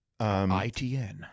ITN